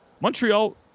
Montreal